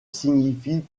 signifie